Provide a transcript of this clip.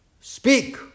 speak